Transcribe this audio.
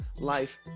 life